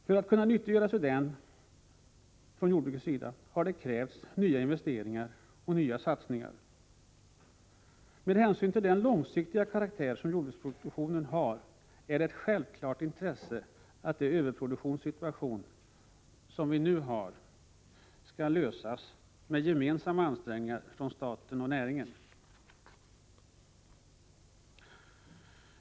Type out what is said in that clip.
För att jordbruket skall kunna nyttiggöra sig den har det krävts nya investeringar och nya satsningar. Med hänsyn till jordbruksproduktionens långsiktiga karaktär är det ett självklart intresse att den nuvarande överproduktionssituationen skall klaras med gemensamma ansträngningar från staten och näringen.